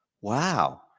wow